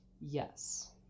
Yes